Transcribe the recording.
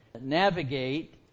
navigate